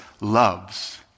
loves